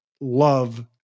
love